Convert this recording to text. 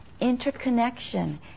Interconnection